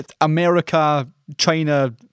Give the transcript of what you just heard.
America-China